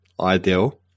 Ideal